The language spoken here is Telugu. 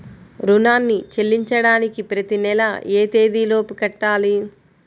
రుణాన్ని చెల్లించడానికి ప్రతి నెల ఏ తేదీ లోపు కట్టాలి?